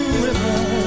river